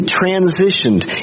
transitioned